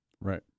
Right